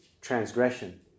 transgression